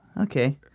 Okay